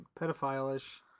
pedophile-ish